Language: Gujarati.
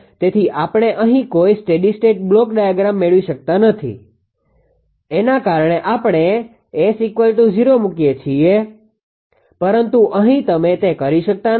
તેથી આપણે અહીં કોઈ સ્ટેડી સ્ટેટ બ્લોક ડાયાગ્રામ મેળવી શકતા નથી એના કારણે આપણે S0 મૂકી શકીએ પરંતુ અહીં તમે તે કરી શકતા નથી